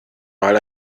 mal